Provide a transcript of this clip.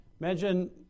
Imagine